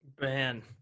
Man